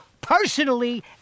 personally